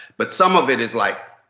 but some of it is like